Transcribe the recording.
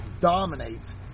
dominates